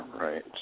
right